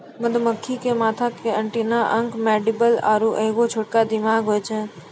मधुमक्खी के माथा मे एंटीना अंक मैंडीबल आरु एगो छोटा दिमाग होय छै